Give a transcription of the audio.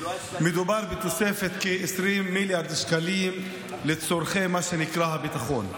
מדובר בתוספת של כ-20 מיליארד שקלים לצורכי מה שנקרא הביטחון.